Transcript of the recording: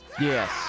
Yes